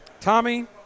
Tommy